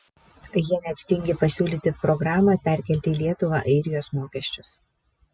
jie net tingi pasiūlyti programą perkelti į lietuvą airijos mokesčius